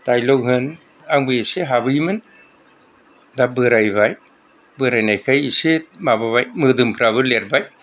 dialogue होन आंबो एसे हाबोयोमोन दा बोरायबाय बोरायनायखाय एसे माबाबाय मोदोमफ्राबो लेरबाय